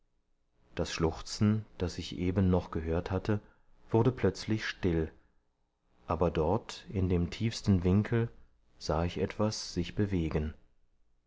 das schluchzen das ich eben noch gehört hatte wurde plötzlich still aber dort in dem tiefsten winkel sah ich etwas sich bewegen